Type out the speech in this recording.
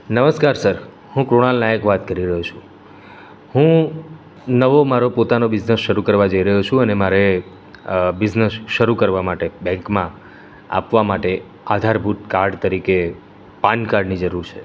નમસ્કાર સર હું કૃણાલ નાયક વાત કરી રહ્યો છું હું નવો મારો પોતાનો બિઝનેસ શરૂ કરવા જઈ રહ્યો છું અને મારે બિઝનેસ શરૂ કરવા માટે બેન્કમાં આપવા માટે આધારભૂત કાર્ડ તરીકે પાન કાર્ડની જરૂર છે